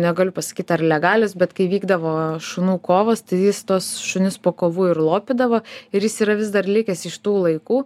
negaliu pasakyt ar legalios bet kai vykdavo šunų kovos tai jis tuos šunis po kovų ir lopydavo ir jis yra vis dar likęs iš tų laikų